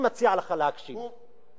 אני מציע לך להקשיב ותחשוב.